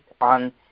on